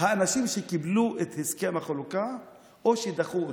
האנשים שקיבלו את הסכם חלוקה או אלה שדחו אותו?